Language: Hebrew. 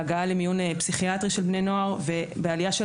בהגעה למיון פסיכיאטרי של בני נוער ובעלייה של